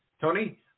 Tony